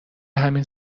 همین